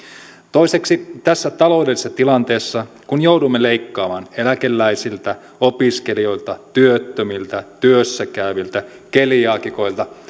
toiseksi tässä taloudellisessa tilanteessa kun joudumme leikkaamaan eläkeläisiltä opiskelijoilta työttömiltä työssä käyviltä keliaakikoilta